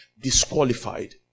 disqualified